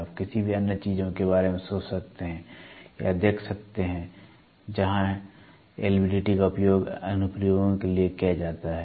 आप किसी भी अन्य चीजों के बारे में सोच सकते हैं या देख सकते हैं जहां एलवीडीटी का उपयोग अनुप्रयोगों के लिए किया जाता है